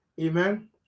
Amen